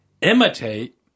imitate